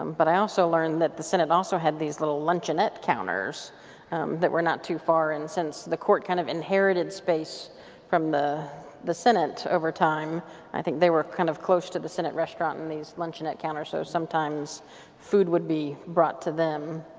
but i also learned that the senate also had these little luncheonette counters that were not too far and since the court kind of inherited space from the the senate over time i think they were kind of close to the senate restaurant and these luncheonette counters, so sometimes food would be brought to them